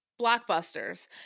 blockbusters